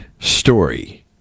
story